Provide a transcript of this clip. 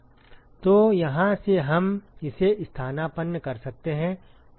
तो यहाँ से हम इसे स्थानापन्न कर सकते हैं